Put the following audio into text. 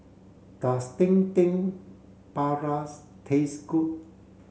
does Dendeng Parus taste good